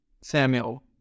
Samuel